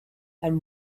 and